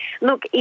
Look